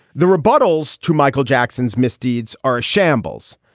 the rebuttals to michael jackson's misdeeds are a shambles.